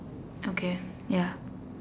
okay ya